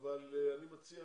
אני מציע